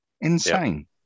Insane